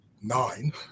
nine